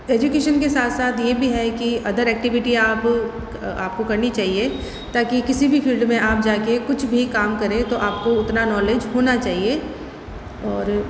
education के साथ साथ ये भी है कि अदर एक्टिविटी आप आपको करनी चाहिए ताकि किसी भी फील्ड में आप जाकर कुछ भी काम करें तो आपको उतना नॉलेज होना चाहिए और